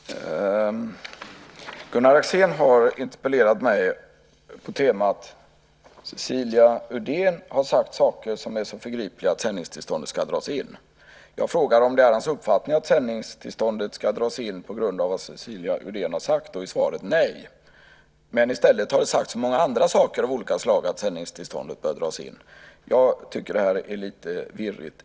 Fru talman! Gunnar Axén har interpellerat mig på temat att Cecilia Uddén har sagt saker som är så förgripliga att sändningstillståndet ska dras in. Jag frågar om det är hans uppfattning att sändningstillståndet ska dras in på grund av vad Cecilia Uddén har sagt. Då är svaret nej. I stället har det sagts så många andra saker att sändningstillståndet bör dras in. Jag tycker att det här är lite virrigt.